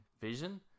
vision